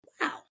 wow